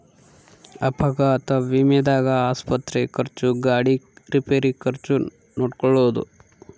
ಅಪಘಾತ ವಿಮೆದಾಗ ಆಸ್ಪತ್ರೆ ಖರ್ಚು ಗಾಡಿ ರಿಪೇರಿ ಖರ್ಚು ನೋಡ್ಕೊಳೊದು